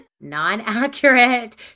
non-accurate